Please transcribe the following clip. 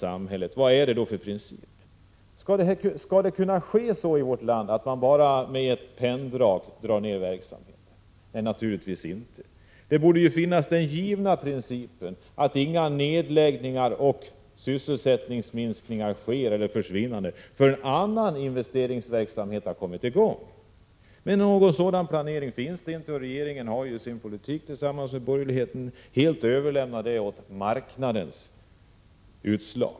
Skall man i vårt land kunna dra ned verksamheten bara med ett penndrag? Naturligtvis inte. Den givna principen borde vara att inga nedläggningar och sysselsättningsminskningar får ske, innan investeringsverksamhet har kommit i gång. Men det finns ingen planering, och regeringen har ju tillsammans med borgerligheten helt överlämnat problemen åt marknaden.